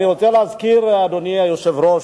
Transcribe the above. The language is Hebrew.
אני רוצה להזכיר, אדוני היושב-ראש,